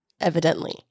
evidently